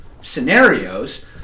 scenarios